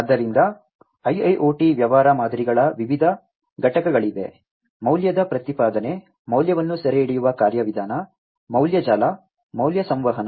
ಆದ್ದರಿಂದ IIoT ವ್ಯವಹಾರ ಮಾದರಿಗಳ ವಿವಿಧ ಘಟಕಗಳಿವೆ ಮೌಲ್ಯದ ಪ್ರತಿಪಾದನೆ ಮೌಲ್ಯವನ್ನು ಸೆರೆಹಿಡಿಯುವ ಕಾರ್ಯವಿಧಾನ ಮೌಲ್ಯ ಜಾಲ ಮೌಲ್ಯ ಸಂವಹನ